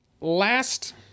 Last